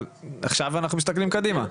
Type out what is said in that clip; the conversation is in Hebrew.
אבל עכשיו אנחנו מסתכלים קדימה.